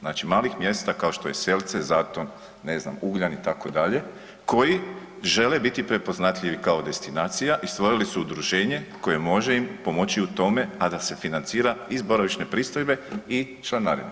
Znači malih mjesta kao što je Selce, Zaton, ne znam, Ugljan itd. koji žele biti prepoznatljivi kao destinacija i stvorili su udruženje koje može im pomoći u tome, a da se financira iz boravišne pristojbe i članarine.